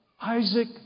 Isaac